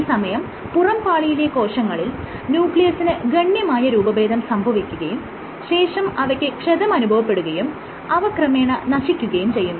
ഈ സമയം പുറം പാളിയിലെ കോശങ്ങളിൽ ന്യൂക്ലിയസിന് ഗണ്യമായ രൂപഭേദം സംഭവിക്കുകയും ശേഷം അവയ്ക്ക് ക്ഷതം അനുഭവപ്പെടുകയും അവ ക്രമേണ നശിക്കുകയും ചെയ്യുന്നു